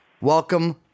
Welcome